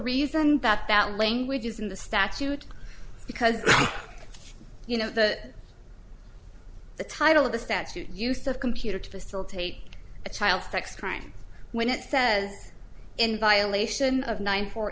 reason that that language is in the statute because you know that the title of the statute used a computer to facilitate a child sex crime when it says in violation of ninety four